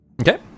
Okay